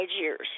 years